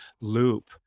loop